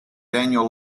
daniel